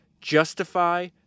justify